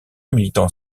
militant